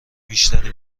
بیشتری